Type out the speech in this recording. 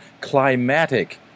climatic